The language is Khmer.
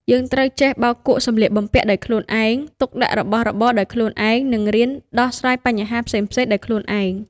យើងត្រូវចេះបោកគក់សំលៀកបំពាក់ដោយខ្លួនឯង ទុកដាក់របស់របរដោយខ្លួនឯង និងរៀនដោះស្រាយបញ្ហាផ្សេងៗដោយខ្លួនឯង។